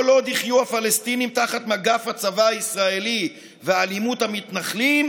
כל עוד יחיו הפלסטינים תחת מגף הצבא הישראלי ואלימות המתנחלים,